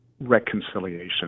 reconciliation